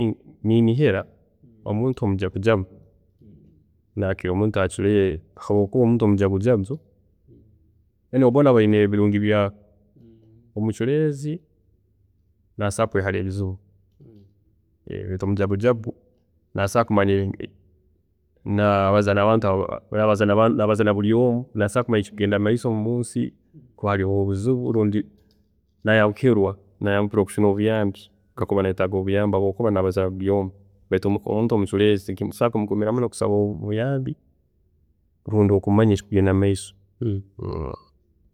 ﻿Niinihira omuntu omujagujagu, nakila omuntu acuriire habwokuba omuntu omujagujagu anyway boona beine ebirungi byaabo. Omucureezi nasobola kwehara ebizibu, beitu omujagujagu nasobola kuba nabaza nabuli’omu, nasobola kumanya ekiri kugenda mumaiso munsi kakuba habaho obuzibu lundi narahukilwa kufuna obuyambi, kakuba ayetaaga obuyambi habwokuba nabaza nabuli’omu beitu omuntu omuculeezi nikisobola kutamanguhira kufuna obuyambi lundi kumanya ekili kugenda mumeiso.